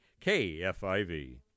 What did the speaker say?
KFIV